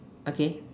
okay